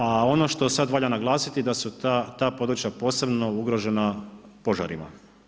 A ono što sada valja naglasiti da su ta područja posebno ugrožena požarima.